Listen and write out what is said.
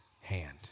hand